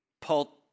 Paul